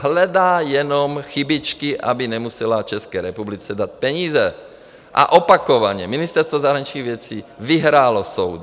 Hledá jenom chybičky, aby nemusela České republice dát peníze, a opakovaně Ministerstvo zahraničních věcí vyhrálo soudy.